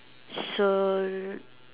sold